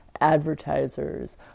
advertisers